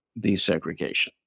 desegregation